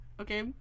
Okay